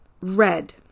Red